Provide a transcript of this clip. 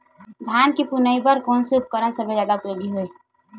धान के फुनाई बर कोन से उपकरण सबले जादा उपयोगी हे?